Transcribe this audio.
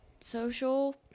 social